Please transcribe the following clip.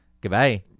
Goodbye